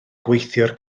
gweithiwr